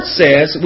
says